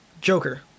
Joker